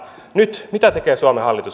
nyt mitä tekee suomen hallitus